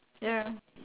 ya